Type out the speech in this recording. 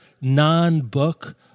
non-book